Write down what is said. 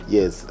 Yes